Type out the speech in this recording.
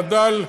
לדל,